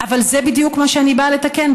אבל זה בדיוק מה שאני באה לתקן,